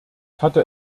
hatte